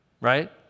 right